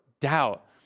doubt